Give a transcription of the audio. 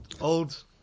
old